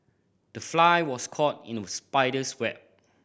the fly was caught in the spider's web